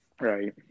Right